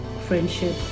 friendship